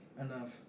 enough